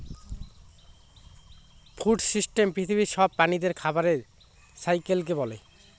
food system পৃথিবীর সব প্রাণীদের খাবারের সাইকেলকে বলে